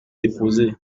déposé